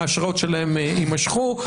האשרות שלהם יימשכו,